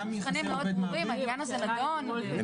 --- אני